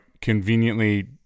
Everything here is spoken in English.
conveniently